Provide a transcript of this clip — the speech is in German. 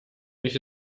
nicht